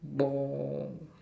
long